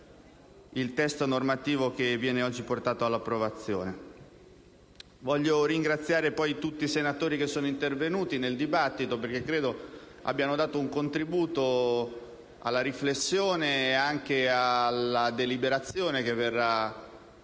il testo normativo oggi al nostro esame per l'approvazione. Voglio ringraziare poi tutti i senatori intervenuti nel dibattito perché credo abbiano dato un contributo alla riflessione e alla deliberazione che verrà